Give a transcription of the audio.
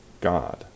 God